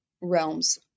realms